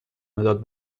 مداد